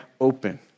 open